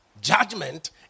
Judgment